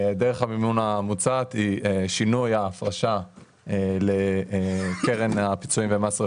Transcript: דרך המימון המוצעת היא שינוי ההפרשה לקרן הפיצויים ומס רכוש.